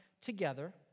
together